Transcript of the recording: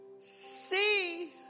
See